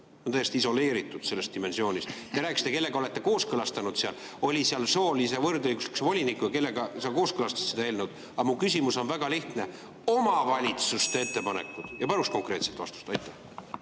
on täiesti isoleeritud sellest dimensioonist. Te rääkisite, kellega te olete kooskõlastanud, seal oli soolise võrdõiguslikkuse volinik või kellega te kooskõlastasite seda eelnõu, aga mu küsimus on väga lihtne: omavalitsuste ettepanekud. Ja paluks konkreetset vastust.